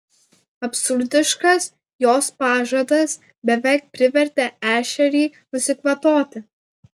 absurdiškas jos pažadas beveik privertė ešerį nusikvatoti